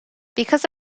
because